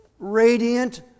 radiant